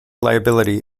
liability